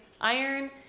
iron